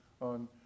on